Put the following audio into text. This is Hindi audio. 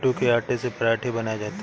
कूटू के आटे से पराठे बनाये जाते है